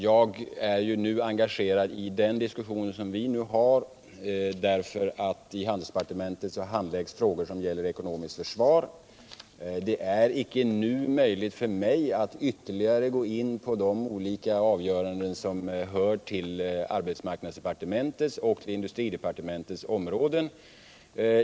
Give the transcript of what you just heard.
Jag är nu engagerad i den diskussion som pågår i handelsdepartementet, eftersom det där handläggs frågor som gäller ekonomiskt försvar. Det är icke nu möjligt för mig att ytterligare gå in på de olika avgöranden som hör till arbetsmarknadsdepartementets och industridepartementets områden.